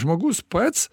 žmogus pats